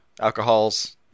alcohols